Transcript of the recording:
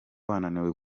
wananiwe